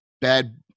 bad